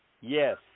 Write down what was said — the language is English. Yes